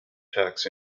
tax